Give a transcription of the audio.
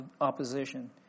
opposition